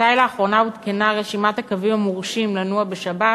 מתי לאחרונה עודכנה רשימת הקווים המורשים לנוע בשבת?